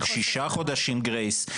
שישה חודשים גרייס,